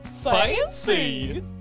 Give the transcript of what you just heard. Fancy